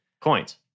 coins